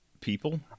people